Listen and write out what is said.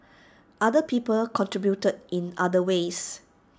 other people contributed in other ways